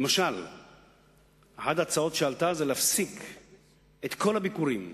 למשל אחת ההצעות שעלו היא להפסיק את כל הביקורים